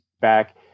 back